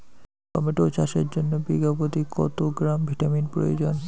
Tomato চাষের জন্য বিঘা প্রতি কত গ্রাম ভিটামিন প্রয়োজন?